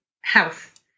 health